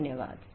धन्यवाद